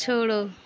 छोड़ो